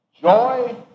joy